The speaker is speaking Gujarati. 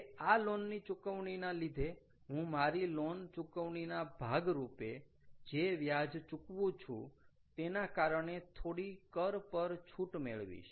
હવે આ લોન ની ચુકવણીના લીધે હું મારી લોન ચૂકવણીના ભાગરૂપે જે વ્યાજ ચૂકવું છું તેના કારણે થોડી કર પર છૂટ મેળવીશ